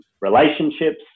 relationships